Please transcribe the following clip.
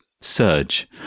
Surge